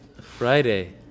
Friday